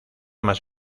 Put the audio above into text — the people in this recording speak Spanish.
más